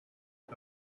and